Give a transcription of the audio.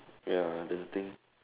ya I don't think